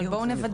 אבל בואו נוודא.